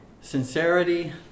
Sincerity